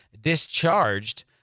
discharged